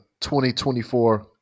2024